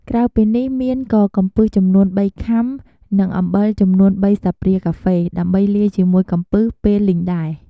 ក្រៅពីនេះមានក៏កំពឹសចំនួនបីខាំ និងអំបិលចំនួនបីសា្លបព្រាកាហ្វេ ដើម្បីលាយជាមួយកំពឹសពេលលីងដែរ។